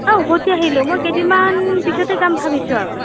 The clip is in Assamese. আ উভতি আহিলোঁ মই কেইদিনমান পিছতহে যাম ভাবিছোঁ আৰু